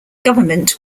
government